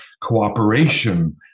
cooperation